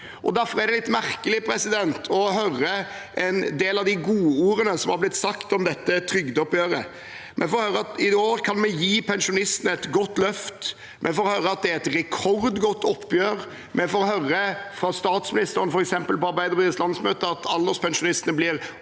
Derfor er det litt merkelig å høre en del av de godordene som har blitt sagt om dette trygdeoppgjøret. Vi får høre at i år kan vi gi pensjonistene et godt løft. Vi får høre at det er et rekordgodt oppgjør, vi får høre, f.eks. fra statsministeren på Arbeiderpartiets landsmøte, at alderspensjonistene blir